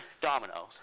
dominoes